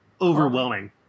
overwhelming